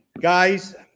guys